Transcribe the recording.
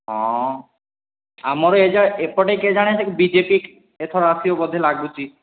ହଁ ଆମର ଏଯାଏ ଏପଟେ କେଜାଣି ସେ ବି ଜେ ପି ଏଥର ଆସିବ ବୋଧେ ଲାଗୁଛି